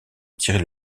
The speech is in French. retirer